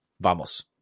vamos